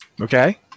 Okay